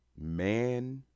man